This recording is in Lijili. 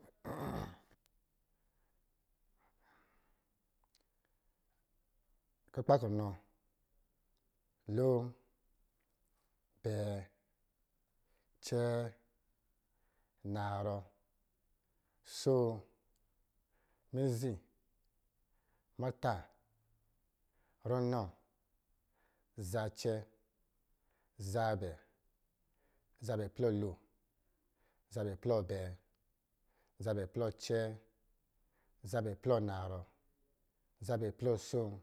kukpa kunɔ, lon, bɛɛ, cɛɛ, narɔ, soo, mizi, muta, runɔ, zacɛ zabɛ, zabɛ plɔ lo, zabɛ plɔ abɛɛ, zabɛ plɔ acɛɛ, zabɛ plɔ narɔ, zabɛ plɔ asoo,